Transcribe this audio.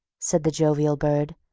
said the jovial bird.